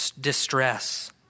distress